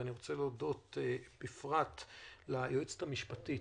אני רוצה להודות בפרט ליועצת המשפטית